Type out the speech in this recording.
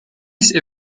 dieses